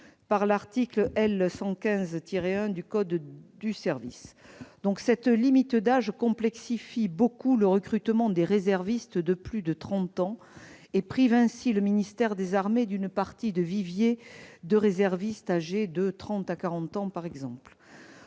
par l'article L. 115-1 du code du service national Cette limite d'âge complexifie beaucoup le recrutement des réservistes de plus de trente ans et prive ainsi le ministère des armées d'une partie du vivier des réservistes âgés de trente à quarante ans.